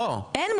לא, אין ממשלה.